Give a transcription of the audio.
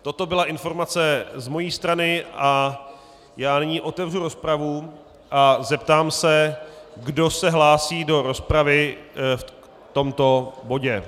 Toto byla informace z mojí strany a nyní otevřu rozpravu a zeptám se, kdo se hlásí do rozpravy v tomto bodě.